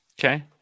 Okay